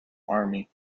army